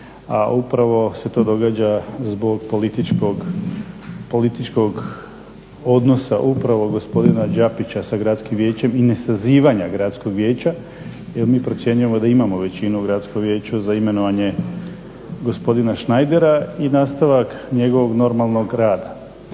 upravo se to događa zbog političkog odnosa upravo gospodina Đapića sa Gradskim vijećem i nesazivanja Gradskog vijeća, jer mi procjenjujemo da imamo većinu u Gradskom vijeću za imenovanje gospodina Schneidera i nastavak njegovog normalnog rada.